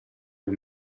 più